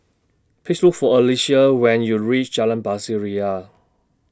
Please Look For Alecia when YOU REACH Jalan Pasir Ria